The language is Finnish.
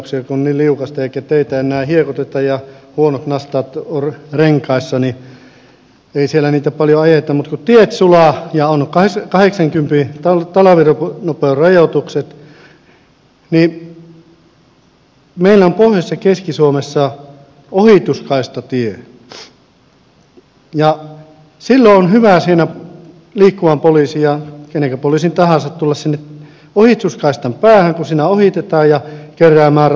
kun on niin liukasta eikä teitä enää hiekoiteta ja renkaissa on huonot nastat niin ei siellä niitä paljon ajeta ja on kahdeksankympin talvinopeusrajoitukset niin kun meillä on pohjois ja keski suomessa ohituskaistatiet silloin on hyvä siinä liikkuvan poliisin ja kenenkä poliisin tahansa tulla sinne ohituskaistan päähän kun siinä ohitetaan keräämään rahaa sinne tien päälle